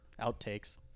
outtakes